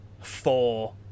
four